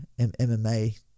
MMA